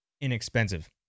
inexpensive